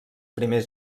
primers